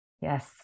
Yes